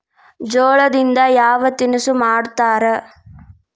ಜೋಳದಿಂದ ಯಾವ ತಿನಸು ಮಾಡತಾರ?